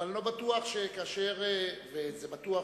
אבל אני לא בטוח, וזה בטוח,